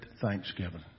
Thanksgiving